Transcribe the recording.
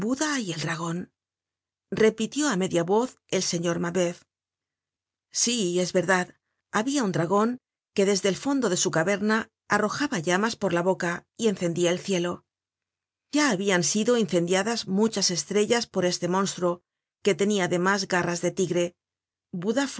y el dragon repitió a media voz el señor mabeuf sí es verdad habia un dragon que'desde el fondo de su caverna arrojaba llamas por la boca y encendia el cielo ya habian sido incendiadas muchas estrellas por este monstruo que tenia además garras de tigre budda